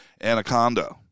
anaconda